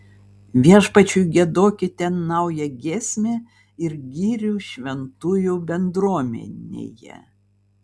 viešpačiui giedokite naują giesmę ir gyrių šventųjų bendruomenėje